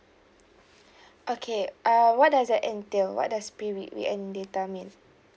okay uh what does that entail what does pay week weekend data mean